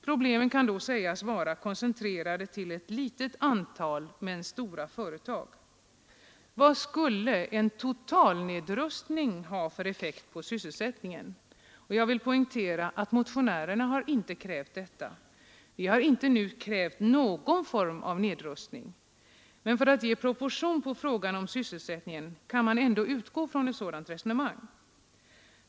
Problemen kan då sägas vara koncentrerade till ett litet antal men stora företag. Vad skulle en totalnedrustning ha för effekt på sysselsättningen? Jag vill poängtera att vi motionärer inte nu krävt någon form av nedrustning, men för att ange proportionerna i fråga om sysselsättningen kan man ändå utgå från ett sådant resonemang.